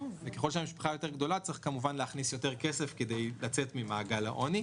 וככול שהמשפחה יותר גדולה צריך להכניס יותר כסף כדי לצאת ממעגל העוני.